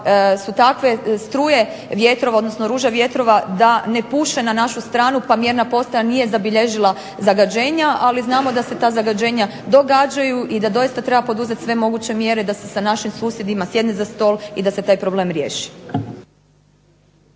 su takve struje vjetrova, odnosno ruže vjetrova da ne puše na našu stranu pa mjerna postaja nije zabilježila zagađenja, ali znamo da se ta zagađenja događaju i da doista treba poduzeti sve moguće mjere da se sa našim susjedima sjedne za stol i da se taj problem riješi.